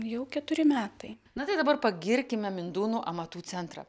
jau keturi metai na tai dabar pagirkime mindūnų amatų centrą